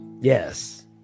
Yes